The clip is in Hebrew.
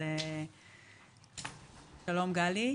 שלום, גלי,